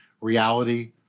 reality